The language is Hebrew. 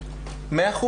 100%,